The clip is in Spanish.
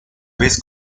vez